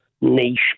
niche